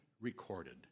recorded